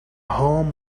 home